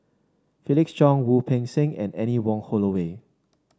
Felix Cheong Wu Peng Seng and Anne Wong Holloway